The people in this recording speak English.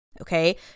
okay